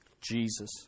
Jesus